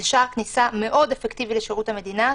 זה שער כניסה מאוד אפקטיבי לשירות המדינה.